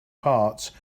parts